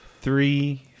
three